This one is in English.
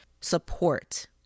support